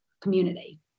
community